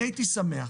הייתי שמח